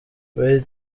bahati